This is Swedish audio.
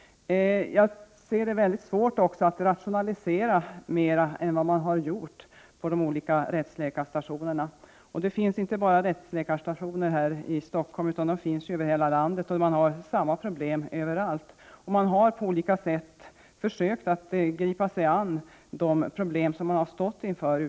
Jag ser det som svårt att rationalisera mer än vad man har gjort på de olika rättsläkarstationerna. Sådana finns ju inte bara här i Stockholm utan över hela landet, och man har samma problem överallt. Ute på de olika stationerna har man på olika sätt försökt gripa sig an de problem som man har stått inför.